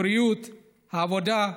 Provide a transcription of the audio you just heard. הבריאות, העבודה,